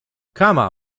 kama